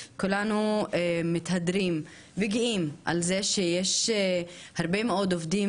כולנו מתהדרים וגאים על זה שיש הרבה מאד עובדים,